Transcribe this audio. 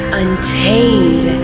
untamed